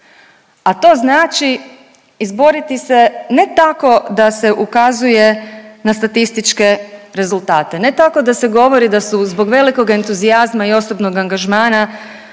a to znači izboriti se ne tako da se ukazuje na statističke rezultate, ne tako da se govori da su zbog velikog entuzijazma i osobnog angažmana